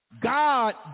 God